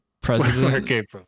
president